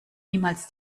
niemals